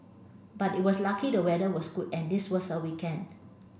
but it was lucky the weather was good and this was a weekend